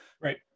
Right